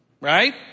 Right